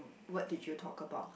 what did you talk about